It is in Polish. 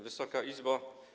Wysoka Izbo!